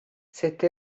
cette